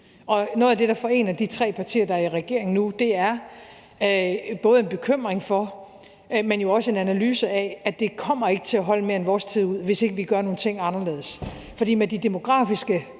noget af det, der forener de tre partier, der er i regering nu, er både en bekymring for, men jo også en analyse af, at det ikke kommer til at holde mere end vores tid ud, hvis ikke vi gør nogle ting anderledes. For med de demografiske